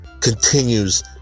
continues